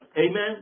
Amen